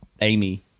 Amy